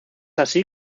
así